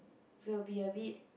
will be a bit